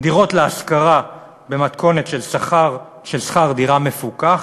"דירות להשכרה במתכונת של שכר דירה מפוקח".